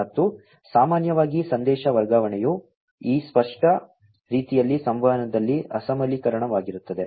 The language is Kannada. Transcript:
ಮತ್ತು ಸಾಮಾನ್ಯವಾಗಿ ಸಂದೇಶ ವರ್ಗಾವಣೆಯು ಈ ಸ್ಪಷ್ಟ ರೀತಿಯ ಸಂವಹನದಲ್ಲಿ ಅಸಮಕಾಲಿಕವಾಗಿರುತ್ತದೆ